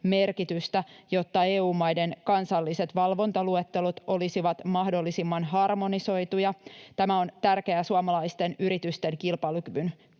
jotta EU-maiden kansalliset valvontaluettelot olisivat mahdollisimman harmonisoituja. Tämä on tärkeää suomalaisten yritysten kilpailukyvyn kannalta.